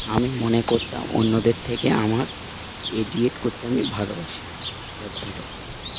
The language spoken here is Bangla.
আমি মনে করতাম অন্যদের থেকে আমার এডিট করতে আমি ভালোবাসি বা ভালো হয়